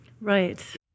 Right